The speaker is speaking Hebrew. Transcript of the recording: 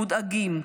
מודאגים,